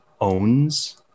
owns